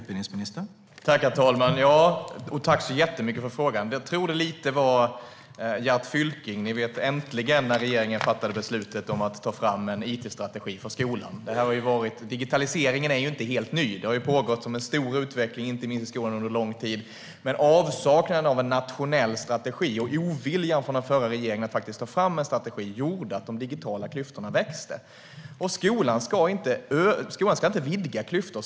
Herr talman! Tack så jättemycket för frågan! Jag tror att det var lite Gert Fylking - ni vet, "Äntligen!" - när regeringen fattade beslutet att ta fram en it-strategi för skolan. Digitaliseringen är inte helt ny utan har pågått som en stor utveckling i inte minst skolan under lång tid, men avsaknaden av en nationell strategi och den förra regeringens ovilja att ta fram en strategi gjorde att de digitala klyftorna växte. Skolan ska inte vidga klyftor.